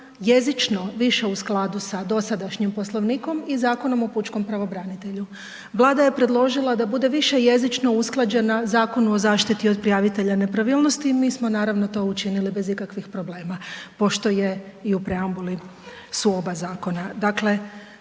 jezično više u skladu sa dosadašnjim poslovnikom i Zakonom o pučkom pravobranitelju. Vlada je predložila da bude više jezično usklađen na Zakonu o zaštiti od prijavitelja nepravilnost, mi smo naravno to učinili bez ikakvih problema, pošto su u preambuli oba zakona.